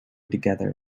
together